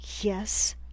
Yes